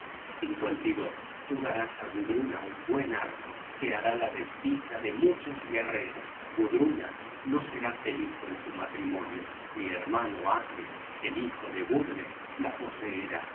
rayos del sol tú darás á gudruna un buen arco que hará la desdicha de muchos guerreros gudruna no será feliz en su matrimonio mi hermano atle el hijo de budle la poseerá